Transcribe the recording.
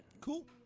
Cool